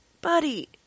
Buddy